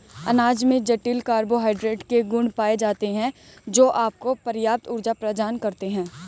अनाज में जटिल कार्बोहाइड्रेट के गुण पाए जाते हैं, जो आपको पर्याप्त ऊर्जा प्रदान करते हैं